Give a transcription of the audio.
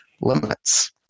Limits